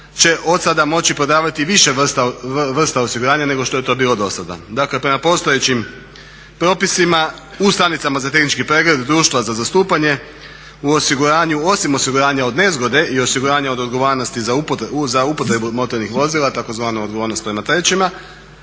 će od sada moći prodavati više vrsta osiguranja nego što je to bilo do sada. Dakle prema postojećim propisima u stanicama za tehnički pregled društva za zastupanje u osiguranju osim osiguranja od nezgode i osiguranja od odgovornosti za upotrebu motornih vozila, tzv. odgovornost prema trećima.